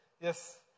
Yes